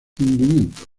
hundimiento